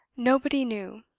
nobody knew.